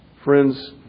Friends